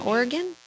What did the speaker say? Oregon